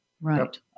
Right